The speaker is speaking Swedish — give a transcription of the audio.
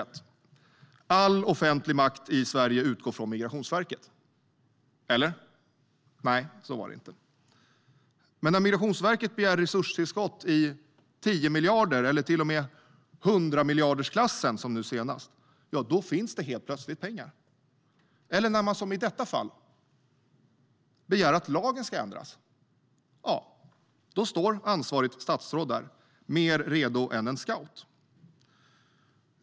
Står det: All offentlig makt i Sverige utgår från Migrationsverket, eller? Nej, det gör det inte. Men när Migrationsverket begär resurstillskott i 10-miljardersklassen eller till och med i 100-miljardersklassen, som nu senast, finns det helt plötsligt pengar. Eller när man som i detta fall begär att lagen ska ändras, då står ansvarigt statsråd där mer redo än en scout.